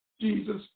Jesus